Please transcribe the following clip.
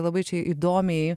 labai čia įdomiai